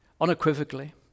unequivocally